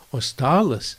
o stalas